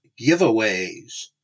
giveaways